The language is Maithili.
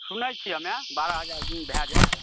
सुनैत छियै ने बारह हजार भए जायत